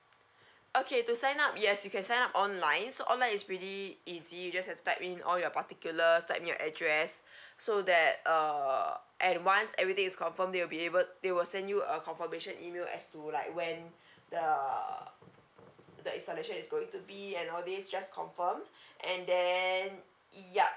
okay to sign up yes you can sign up online so online is pretty easy you just have to type in all your particulars type in your address so that uh and once everything is confirmed they will be able they will send you a confirmation email as to like when the the installation is going to be and all this just confirm and then yup